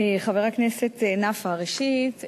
חבר הכנסת נפאע, ראשית,